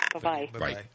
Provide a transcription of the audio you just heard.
Bye-bye